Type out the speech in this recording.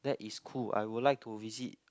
that is cool I will like to visit